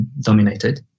dominated